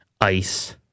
ice